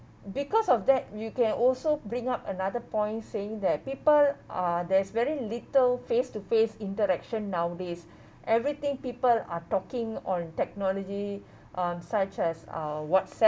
because of that you can also bring up another point saying that people are there's very little face to face interaction nowadays everything people are talking on technology on such as uh WhatsApp